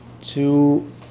two